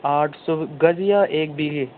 آٹھ سو گز یا ایک بیگھے